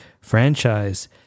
franchise